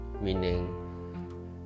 meaning